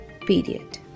Period